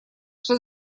что